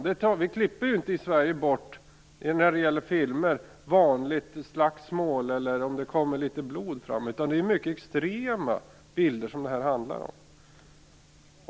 I Sverige klipper vi ju inte, när det gäller filmer, bort ett vanligt slagsmål eller om det kommer fram litet blod, utan det är ju mycket extrema bilder som det handlar om.